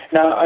Now